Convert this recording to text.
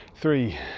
three